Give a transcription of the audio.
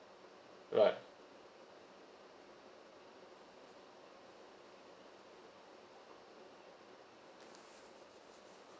right